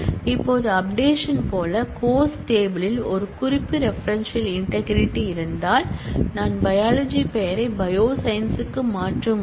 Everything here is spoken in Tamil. இப்போது அப்டேஷன் போல கோர்ஸ் டேபிள் யில் ஒரு குறிப்பு ரெபரென்ஷியல் இன்டெக்ரிடி இருந்தால் நான் பையாலஜி பெயரை பயோ சயின்ஸ் க்கு மாற்றும்போது